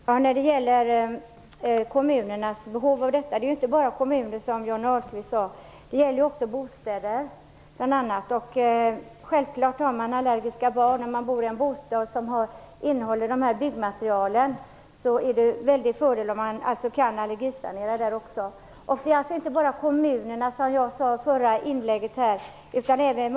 Herr talman! Det är ju som Johnny Ahlqvist sade inte bara kommuner detta gäller - det gäller bl.a. också bostäder. Har man allergiska barn och bor i en bostad som innehåller byggmaterial som framkallar allergier är det självklart en väldig fördel om man kan allergisanera även den. Detta gäller, som jag sade i mitt förra inlägg, inte bara kommunerna.